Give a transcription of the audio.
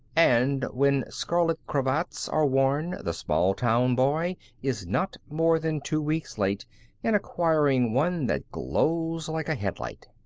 and when scarlet cravats are worn the small-town boy is not more than two weeks late in acquiring one that glows like a headlight.